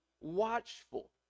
watchful